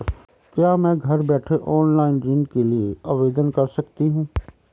क्या मैं घर बैठे ऑनलाइन ऋण के लिए आवेदन कर सकती हूँ?